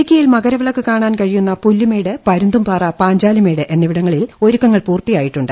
ഇടുക്കിയിൽ മകരവിളക്ക് കാണാൻ കഴിയുന്ന പുല്ലുമേട് പ്പരുന്തുംപാറ പാഞ്ചാലിമേട് എന്നിവിടങ്ങളിൽ ഒരുക്കങ്ങൾ പൂർത്തിയായിട്ടുണ്ട്